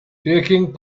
taking